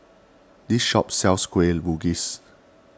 this shop sells Kueh Bugis